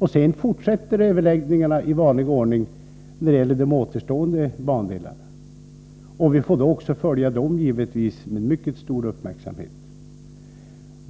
Överläggningarna fortsätter sedan i vanlig ordning när det gäller de återstående bandelarna. Vi får givetvis följa dessa överläggningar med stor uppmärksamhet.